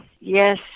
yes